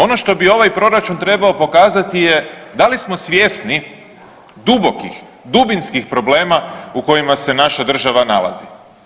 Ono što bi ovaj Proračun trebao pokazati je, da li smo svjesni dubokih, dubinskih problema u kojima se naša država nalazi.